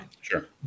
sure